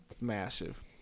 massive